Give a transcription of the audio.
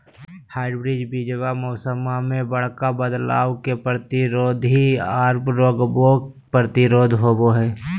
hybrid बीजावा मौसम्मा मे बडका बदलाबो के प्रतिरोधी आ रोगबो प्रतिरोधी होबो हई